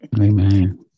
Amen